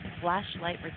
Flashlight